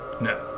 no